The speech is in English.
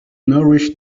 nourish